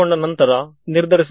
ಹಂತ ಹಂತವಾಗಿ ಮುಂದುವರಿಯೋಣ